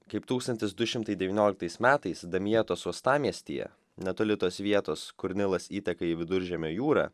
kaip tūkstantis du šimtai devynioliktais metais damjetos uostamiestyje netoli tos vietos kur nilas įteka į viduržemio jūrą